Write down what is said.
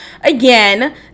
again